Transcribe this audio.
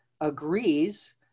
agrees